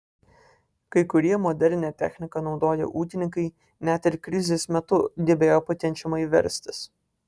kai kurie modernią techniką naudoję ūkininkai net ir krizės metu gebėjo pakenčiamai verstis